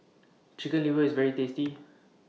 Chicken Liver IS very tasty